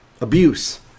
Abuse